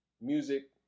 Music